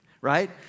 right